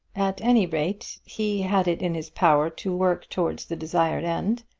at any rate he had it in his power to work towards the desired end,